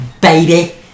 baby